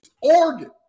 Oregon